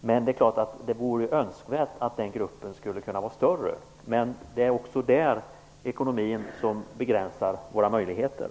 Det är klart att det vore önskvärt att den gruppen var större, men också där begränsar ekonomin våra möjligheter.